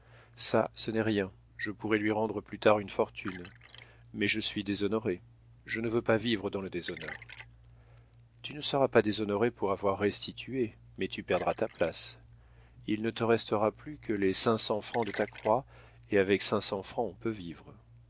ça ce n'est rien je pourrais lui rendre plus tard une fortune mais je suis déshonoré je ne veux pas vivre dans le déshonneur tu ne seras pas déshonoré pour avoir restitué mais tu perdras ta place il ne te restera plus que les cinq cents francs de ta croix et avec cinq cents francs on peut vivre